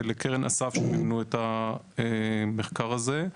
ולקרן אסף שמימנו את המחקר הזה,